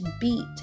beat